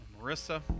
Marissa